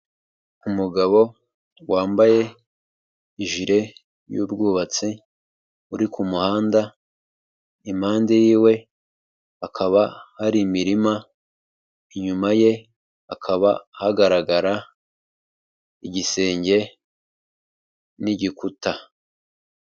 Umugabo wambaye ijire y'ubwubatsi, uri ku muhanda, impande y'iwe hakaba hari imirima, inyuma ye hakaba hagaragara igisenge n'igikuta.